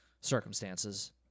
circumstances